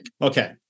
Okay